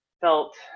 felt